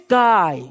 guy